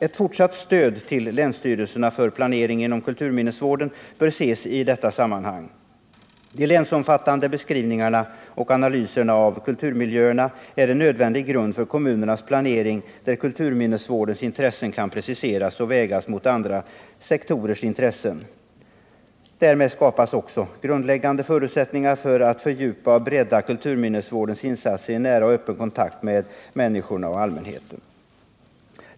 Ett fortsatt stöd till länsstyrelserna för planering inom kulturminnesvården bör ses i detta sammanhang. De länsomfattande beskrivningarna och analyserna av kulturmiljöerna är en nödvändig grund för kommunernas planering, där kulturminnesvårdens intressen kan preciseras och vägas mot andra sektorers intressen. Därmed skapas också grundläggande förutsättningar för att fördjupa och bredda kulturminnesvårdens insatser i nära och öppen kontakt med allmänheten.